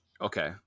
okay